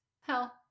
Hell